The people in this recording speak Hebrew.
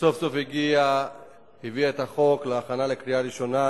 שסוף-סוף הביאה את החוק לקריאה ראשונה